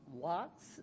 lots